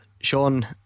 Sean